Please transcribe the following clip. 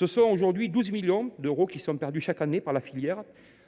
Actuellement, 12 millions d’euros sont perdus chaque année par la filière